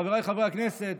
חבריי חברי הכנסת,